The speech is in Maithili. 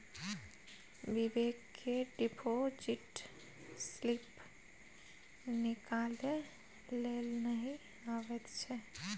बिबेक केँ डिपोजिट स्लिप निकालै लेल नहि अबैत छै